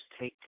take